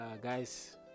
guys